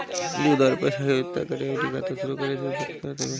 इ उधार पईसा के व्यवस्था करे अउरी खाता शुरू करे में मदद करत हवे